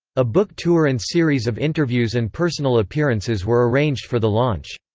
a book tour and series of interviews and personal appearances were arranged for the launch.